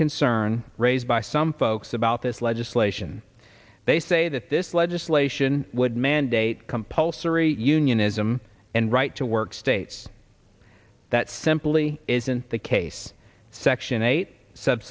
concern raised by some folks about this legislation they say that this legislation would mandate compulsory unionism and right to work states that simply isn't the case section eight